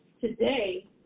Today